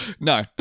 No